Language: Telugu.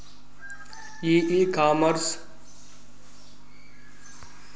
ఈ ఇ కామర్స్ ప్లాట్ఫారం ధర మా వ్యవసాయ బడ్జెట్ కు సరిపోతుందా?